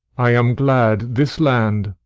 i am glad this land,